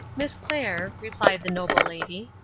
miss clair, replied the noble lady,